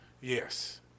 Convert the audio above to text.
Yes